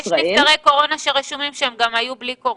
יש נפטרי קורונה שרשומים שהם היו גם בלי קורונה.